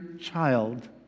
child